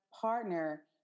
partner